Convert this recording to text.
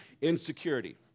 Insecurity